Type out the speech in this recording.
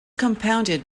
compounded